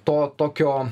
to tokio